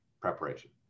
preparation